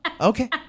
Okay